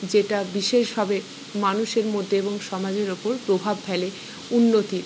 যেটা বিশেষভাবে মানুষের মধ্যে এবং সমাজের ওপর প্রভাব ফেলে উন্নতির